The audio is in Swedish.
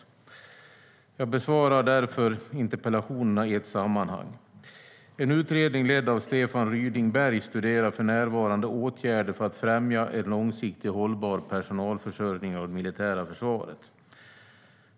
Jag besvarar därför interpellationerna i ett sammanhang. En utredning ledd av Stefan Ryding-Berg studerar för närvarande åtgärder för att främja en långsiktigt hållbar personalförsörjning av det militära försvaret.